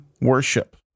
worship